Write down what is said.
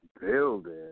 building